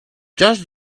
just